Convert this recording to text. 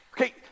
Okay